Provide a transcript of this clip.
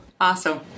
Awesome